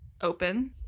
open